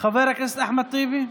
חבר הכנסת אחמד טיבי.